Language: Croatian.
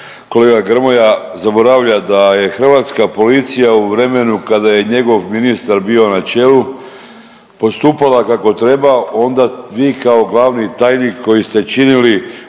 Kolega Grmoja zaboravlja da je hrvatska policija u vremenu kada je njegov ministar bio na čelu postupala kako treba onda vi kao glavni tajnik koji ste činili